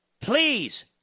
Please